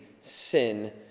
Sin